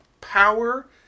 power